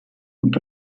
und